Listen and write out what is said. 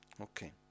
Okay